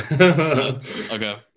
Okay